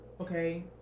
okay